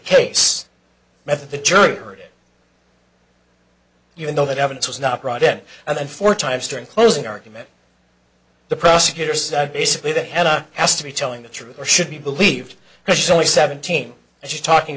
case method the jury heard even though that evidence was not brought in and then four times during closing argument the prosecutor said basically the head on has to be telling the truth or should be believed because she's only seventeen and she's talking